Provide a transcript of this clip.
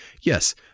Yes